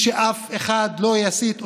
ואף אחד לא יסיט אותנו,